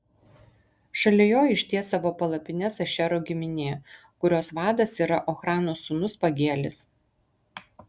šalia jo išties savo palapines ašero giminė kurios vadas yra ochrano sūnus pagielis